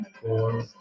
four